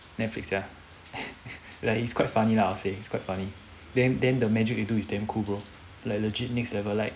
netflix ya like it's quite funny lah I'd say it's quite funny then then the magic they do is damn cool bro like legit next level like